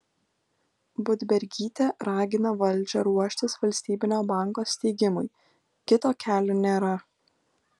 budbergytė ragina valdžią ruoštis valstybinio banko steigimui kito kelio nėra